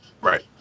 Right